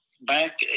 back